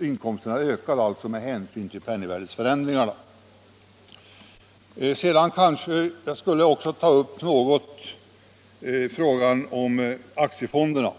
inkomsterna ökar alltså med hänsyn till penningvärdeförändringarna. Jag kanske också något skulle beröra frågan om aktiefonderna.